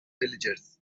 villagers